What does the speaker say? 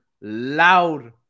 loud